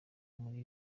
muri